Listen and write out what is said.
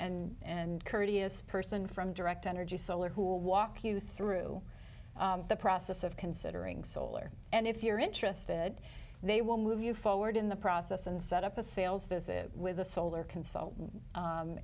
kind and courteous person from direct energy solar who will walk you through the process of considering solar and if you're interested they will move you forward in the process and set up a sales visit with a solar consultant